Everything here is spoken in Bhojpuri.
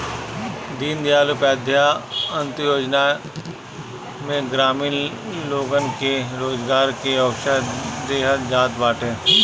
दीनदयाल उपाध्याय अन्त्योदय योजना में ग्रामीण लोगन के रोजगार के अवसर देहल जात बाटे